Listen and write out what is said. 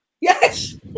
Yes